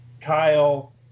Kyle